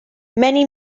many